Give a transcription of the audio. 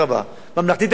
ממלכתית הייתי מעדיף,